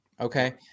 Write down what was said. Okay